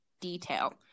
detail